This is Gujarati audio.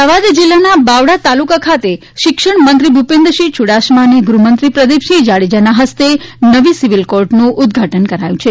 અમદાવાદ જિલ્લાના બાવળા તાલુકા ખાતે શિક્ષણ મંત્રી ભૂપેન્દ્રસિંહ યૂડાસમા અને ગૃહમંત્રી પ્રદીપસિંહ જાડેજાના હસ્તે નવી સિવિલ કોર્ટનું ઉદ્વાટન કરાયું છે